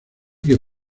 que